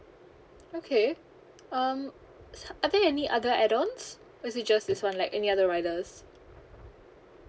okay um so are there any other add ons or is it just this one like any other riders